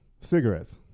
Cigarettes